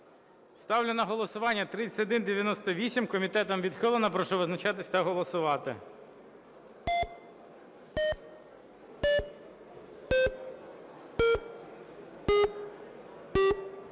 Ставлю на голосування 3198. Комітетом відхилена. Прошу визначатися та голосувати.